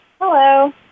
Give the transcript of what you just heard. Hello